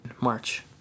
March